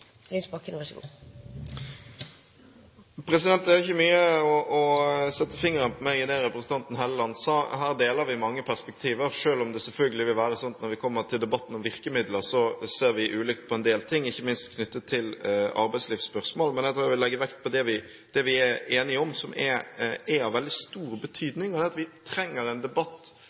Det er ikke mye å sette fingeren på i det som representanten Helleland sa. Her deler vi mange perspektiver, selv om det selvfølgelig vil være slik når vi kommer til debatten om virkemidler, at vi ser ulikt på en del ting, ikke minst knyttet til arbeidslivsspørsmål. Men jeg tror jeg vil legge vekt på det vi er enige om, som er av veldig stor betydning, og det er at vi trenger en debatt